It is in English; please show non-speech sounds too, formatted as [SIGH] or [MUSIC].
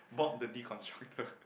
Bob the [LAUGHS] deconstructor